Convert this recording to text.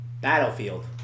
Battlefield